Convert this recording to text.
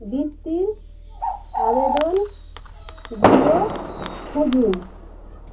বৃত্তির আবেদন গুলো খুঁজুন